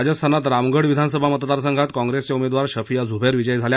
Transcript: राजस्थानात रामगढ विधानसभा मतदार संघात काँग्रेस उमेदवार शफिया झुबैर विजयी झाल्या